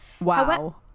Wow